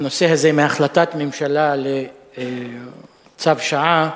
הנושא הזה מהחלטת הממשלה לצו שעה,